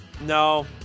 No